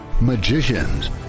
magicians